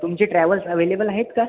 तुमचे travels available आहेत का